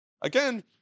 Again